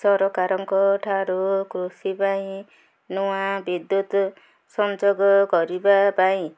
ସରକାରଙ୍କ ଠାରୁ କୃଷି ପାଇଁ ନୂଆ ବିଦ୍ୟୁତ ସଂଯୋଗ କରିବା ପାଇଁ